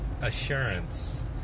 assurance